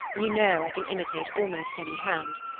you know i can imitate almost any hand.